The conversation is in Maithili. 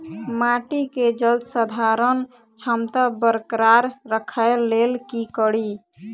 माटि केँ जलसंधारण क्षमता बरकरार राखै लेल की कड़ी?